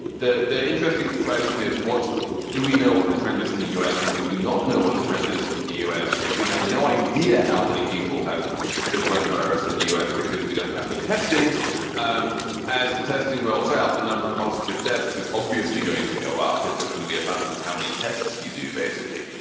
the the interesting question is, what do we know what the trend is in the u and we do not know what the trend is in the us. we have no idea how many people have the koran virus in the us because we don't have any testing um as the testing rolls out the number of positive tests. it's obviously going to go up. just going to be a function of how many tests you do, basically.